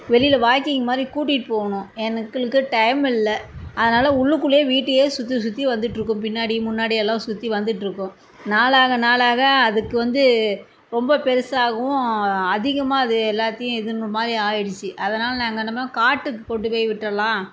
வெளியில் வாக்கிங் மாதிரி கூட்டிகிட்டு போகணும் ஏன்னு எங்களுக்கு டைம் இல்லை அதனால உள்ளுக்குள்ளே வீட்டையே சுத்தி சுத்தி வந்துட்டுருக்கும் பின்னாடி முன்னாடி எல்லாம் சுற்றி வந்துட்டுருக்கும் நாளாக நாளாக அதுக்கு வந்து ரொம்ப பெருசாகவும் அதிகமாக அது எல்லாத்தையும் இதுனுமாதிரி ஆகிடுச்சி அதனால் நாங்கள் இனிமேல் காட்டுக்கு கொண்டு போய் விட்டுரலாம்